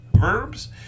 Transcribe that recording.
verbs